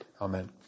Amen